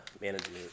managing